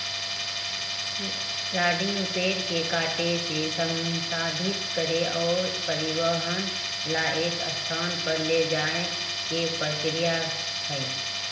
logging पेड़ के काटे से, संसाधित करे और परिवहन ला एक स्थान पर ले जाये के प्रक्रिया हई